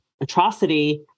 atrocity